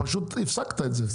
פשוט הפסקת את זה.